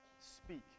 speak